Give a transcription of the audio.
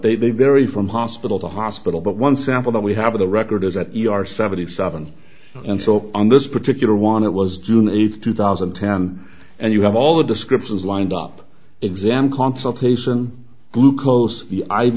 it they vary from hospital to hospital but one sample that we have of the record is that you are seventy seven and so on this particular one it was june eighth two thousand and ten and you have all the descriptions lined up exam consultation glucose